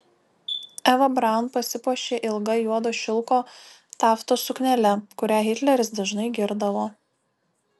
eva braun pasipuošė ilga juodo šilko taftos suknele kurią hitleris dažnai girdavo